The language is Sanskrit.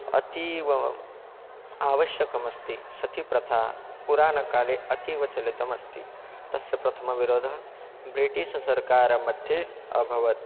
अतीव आवश्यकमस्ति सतिप्रथा पुरानकाले अतीवचलितास्ति तस्य प्रथमविरोधः ब्रिटीशसर्कारमध्ये अभवत्